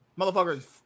Motherfucker's